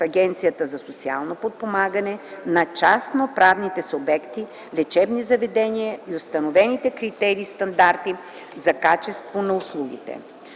Агенцията за социално подпомагане на частноправните субекти, лечебни заведения и установените критерии и стандарти за качество на услугите.